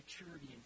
maturity